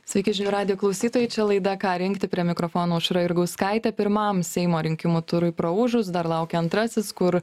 sveiki žinių radijo klausytojai čia laida ką rinkti prie mikrofono aušra jurgauskaitė pirmam seimo rinkimų turui praūžus dar laukia antrasis kur